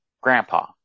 Grandpa